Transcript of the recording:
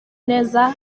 neza